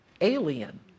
alien